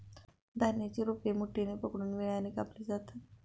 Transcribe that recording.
धान्याची रोपे मुठीने पकडून विळ्याने कापली जातात